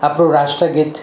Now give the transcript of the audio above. આપણું રાષ્ટ્રગીત